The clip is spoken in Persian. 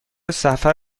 سفر